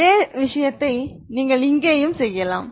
அதே காரியத்தை நீங்கள் இங்கேயும் செய்யலாம்